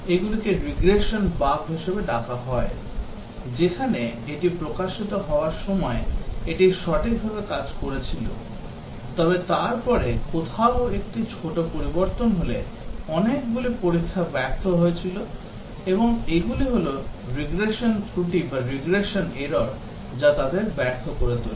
এগুলিকে regression bug হিসাবে ডাকা হয় যেখানে এটি প্রকাশিত হওয়ার সময় এটি সঠিকভাবে কাজ করেছিল তবে তারপরে কোথাও একটি ছোট পরিবর্তন হলে অনেকগুলি পরীক্ষা ব্যর্থ হয়েছিল এবং এগুলি হল রিগ্রেশন ত্রুটি যা তাদের ব্যর্থ করে তোলে